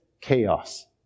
chaos